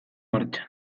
martxan